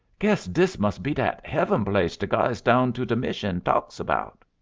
guess diss must be dat heaven place de guys down to de mission talks about.